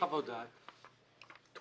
---?